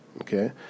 okay